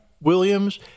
Williams